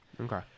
Okay